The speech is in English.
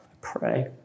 pray